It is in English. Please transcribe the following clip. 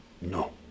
No